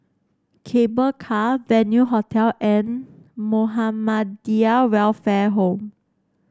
Cable Car Venue Hotel and Muhammadiyah Welfare Home